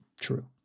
true